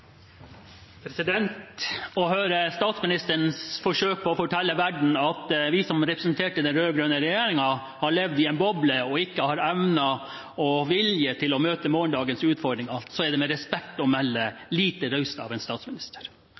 Statsministerens forsøk på å fortelle verden at vi som representerte den rød-grønne regjeringen, har levd i en boble og ikke har evne og vilje til å møte morgendagens utfordringer, er – med respekt å melde – lite raust av en statsminister.